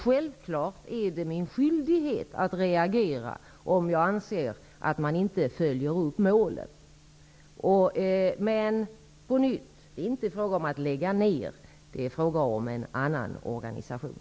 Självfallet är det min skyldighet att reagera om jag anser att man inte följer upp målen. Men det är inte fråga om att lägga ner, utan det är fråga om en annan organisation.